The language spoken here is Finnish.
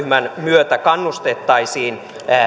myötä kannustettaisiin